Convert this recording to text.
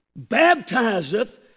baptizeth